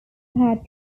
pad